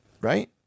right